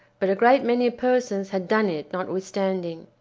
but a great many persons had done it notwithstanding.